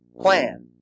plan